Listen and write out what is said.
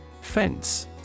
Fence